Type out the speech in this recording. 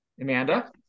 Amanda